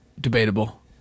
Debatable